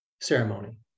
ceremony